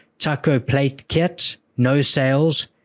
taco plate kit. no sales,